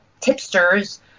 tipsters